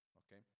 okay